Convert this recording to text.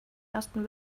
ersten